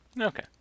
Okay